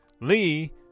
Lee